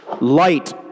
Light